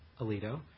Alito